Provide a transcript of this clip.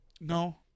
no